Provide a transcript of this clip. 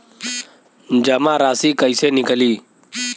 जमा राशि कइसे निकली?